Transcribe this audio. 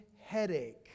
Headache